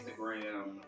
Instagram